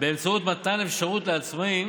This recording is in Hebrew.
באמצעות מתן אפשרות לעצמאים